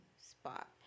spot